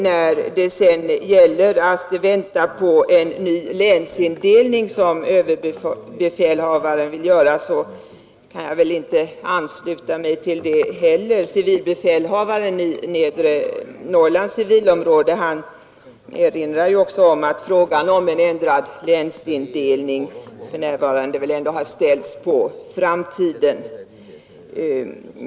Jag kan inte heller ansluta mig till överbefälhavarens åsikt att man bör vänta på en ny länsindelning. Civilbefälhavaren i Nedre Norrlands civilområde erinrar också om att frågan om ändrad länsindelning för närvarande har ställts på framtiden.